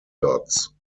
dots